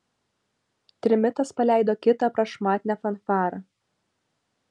trimitas paleido kitą prašmatnią fanfarą